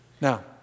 Now